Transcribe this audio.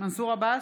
מנסור עבאס,